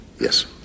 Yes